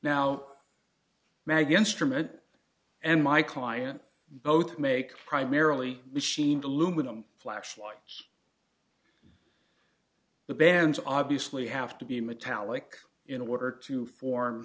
instrument and my client both make primarily machines aluminum flashlights the bands obviously have to be metallic in order to form